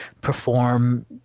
perform